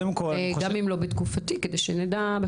גם אם לא בתקופתי, כדי שנדע.